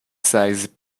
size